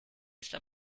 esta